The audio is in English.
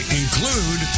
include